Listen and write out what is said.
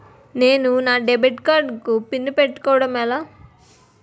నేను నా debit card PIN పెట్టుకోవడం ఎలా?